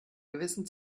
gewissen